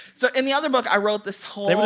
so in the other book, i wrote this whole.